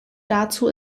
dazu